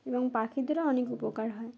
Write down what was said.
এবং পাখিদেরও অনেক উপকার হয়